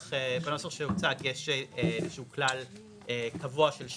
רוויזיה על הסתייגות מספר 3. מי בעד קבלת הרוויזיה?